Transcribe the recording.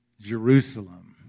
Jerusalem